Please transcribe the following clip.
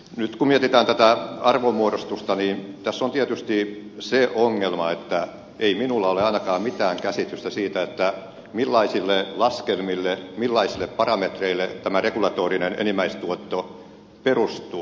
nyt kun mietitään tätä arvonmuodostusta niin tässä on tietysti se ongelma että ei minulla ole ainakaan mitään käsitystä siitä millaisille laskelmille millaisille parametreille tämä regulatorinen enimmäistuotto perustuu